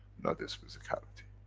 not his physicality.